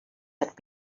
had